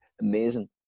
amazing